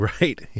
right